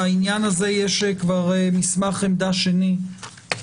בעניין הזה יש כבר מסמך עמדה שלישי.